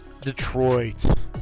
Detroit